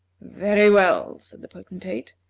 very well, said the potentate,